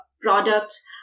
products